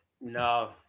No